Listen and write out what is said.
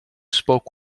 spoke